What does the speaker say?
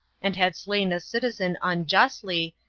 and had slain a citizen unjustly,